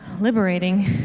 liberating